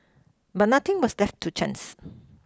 but nothing was left to chance